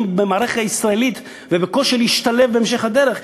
במערכת הישראלית ולקושי להשתלב בהמשך הדרך,